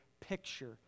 picture